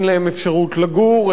אין להם אפשרות לגור,